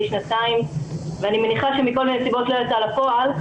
שנתיים ואני מניחה שמכל מיני סיבות היא לא יצאה לפועל.